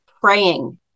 praying